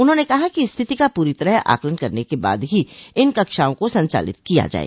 उन्होंने कहा कि स्थिति का पूरी तरह आकलन करने के बाद ही इन कक्षाओं को संचालित किया जाये